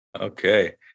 Okay